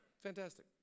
Fantastic